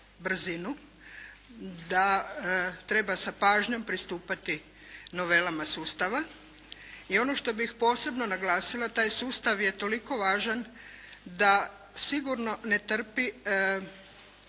da treba sa pažnjom pristupati novelama sustava. I ono što bih posebno naglasila, taj sustav je toliko važan da sigurno ne trpi